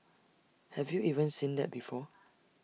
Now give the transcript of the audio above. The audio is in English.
have you even seen that before